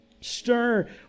Stir